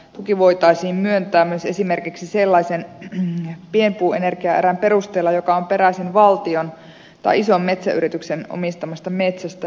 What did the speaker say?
tuki voitaisiin siten myöntää myös esimerkiksi sellaisen pienpuuenergiaerän perusteella joka on peräisin valtion tai ison metsäyrityksen omistamasta metsästä